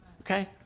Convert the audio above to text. Okay